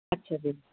ਅੱਛਾ ਜੀ